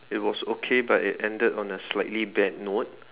it was okay but it ended on a slightly bad note